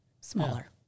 smaller